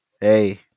Hey